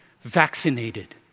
Vaccinated